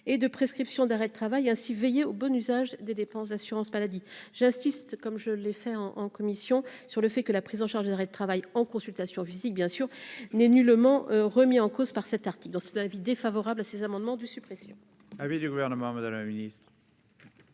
et de prescriptions d'arrêts de travail ainsi veiller au bon usage des dépenses d'assurance-maladie, j'assiste, comme je l'ai fait en en commission sur le fait que la prise en charge d'arrêt de travail en consultation physique bien sûr n'est nullement remis en cause par cet article dans cet un avis défavorable à ces amendements de suppression.